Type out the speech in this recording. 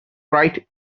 right